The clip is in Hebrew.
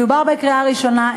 מדובר בקריאה ראשונה,